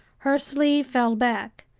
her sleeve fell back,